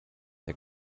der